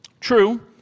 True